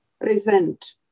resent